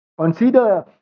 Consider